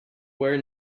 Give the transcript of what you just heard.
were